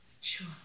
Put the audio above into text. Sure